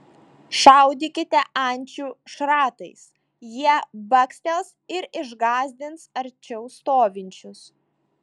šaudykite ančių šratais jie bakstels ir išgąsdins arčiau stovinčius